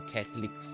Catholic